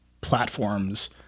platforms